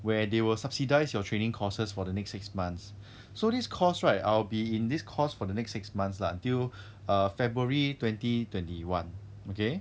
where they will subsidise your training courses for the next six months so this course right I'll be in this course for the next six months lah until february twenty twenty one okay